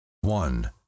One